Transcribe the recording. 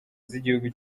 z’igihugu